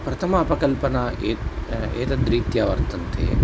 प्रथमा अपकल्पना ए एतद्रीत्या वर्तते